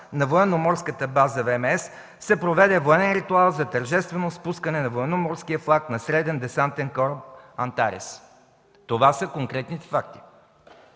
на Военноморската база ВМС се проведе военен ритуал за тържествено спускане на военноморския флаг на среден десантен кораб „Антарес”. Това са конкретните факти.